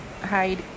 Hide